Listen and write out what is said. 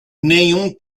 nenhum